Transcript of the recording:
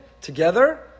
together